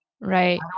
Right